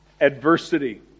adversity